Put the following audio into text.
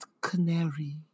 canary